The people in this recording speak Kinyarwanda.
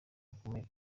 bakomeye